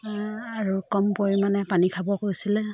আৰু কম পৰিমাণে পানী খাব কৈছিলে